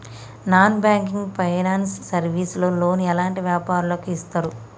Non banking finance service లో loan ఎలాంటి వ్యాపారులకు ఇస్తరు?